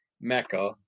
mecca